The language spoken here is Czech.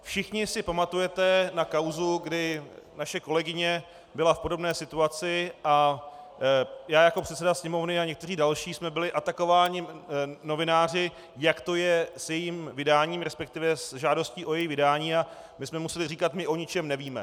Všichni si pamatujete na kauzu, kdy naše kolegyně byla v podobné situaci a já jako předseda Sněmovny a někteří další jsme byli atakováni novináři, jak to je s jejím vydáním, resp. s žádostí o její vydání, a my jsme museli říkat: my o ničem nevíme.